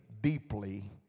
deeply